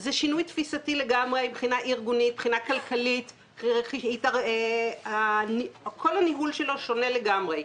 זה שינוי תפיסתי מבחינה אירגונית וכלכלית כל הניהול שלו שונה לגמרי.